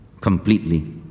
completely